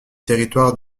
territoire